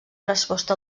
resposta